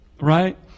right